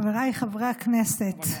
חבריי חברי הכנסת,